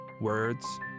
Words